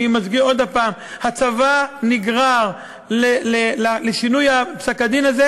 אני מזכיר עוד הפעם: הצבא נגרר לשינוי הזה,